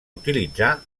utilitzar